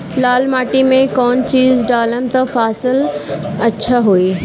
लाल माटी मे कौन चिज ढालाम त फासल अच्छा होई?